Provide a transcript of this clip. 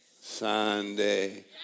Sunday